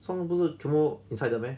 songs 不是全部 inside 的 meh